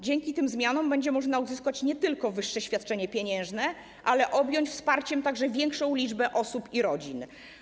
Dzięki tym zmianom będzie można uzyskać nie tylko wyższe świadczenie pieniężne, ale objąć wsparciem także większą liczbę osób i rodzin.